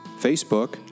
Facebook